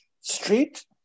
Street